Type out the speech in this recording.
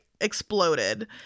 exploded